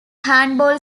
handball